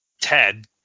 Ted